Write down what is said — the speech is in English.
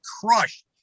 crushed